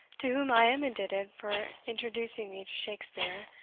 to whom i am indebted for introducing me to shakspeare,